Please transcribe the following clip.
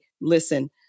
listen